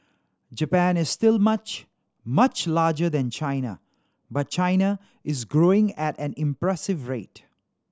Japan is still much much larger than China but China is growing at an impressive rate